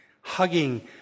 hugging